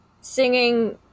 singing